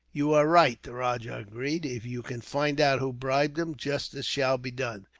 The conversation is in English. you are right, the rajah agreed. if you can find out who bribed him, justice shall be done,